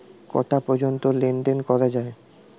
কটা পর্যন্ত লেন দেন করা য়ায়?